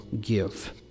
give